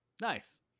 nice